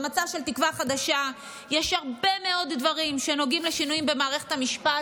במצע של תקווה חדשה יש הרבה מאוד דברים שנוגעים לשינויים במערכת המשפט.